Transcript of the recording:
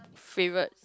say what